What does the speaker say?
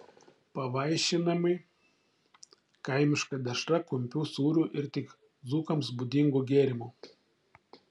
pavaišinami kaimiška dešra kumpiu sūriu ir tik dzūkams būdingu gėrimu